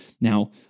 Now